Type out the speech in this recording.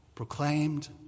Proclaimed